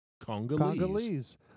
Congolese